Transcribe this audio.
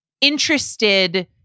interested